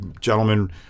gentlemen